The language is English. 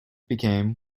became